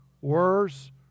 worse